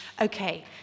okay